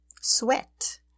Sweat